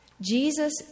Jesus